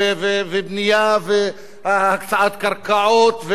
ובנייה והקצאת קרקעות וכו' וכו',